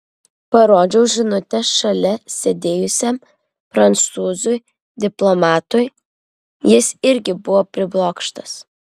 parodžiau žinutę šalia sėdėjusiam prancūzui diplomatui jis irgi buvo priblokštas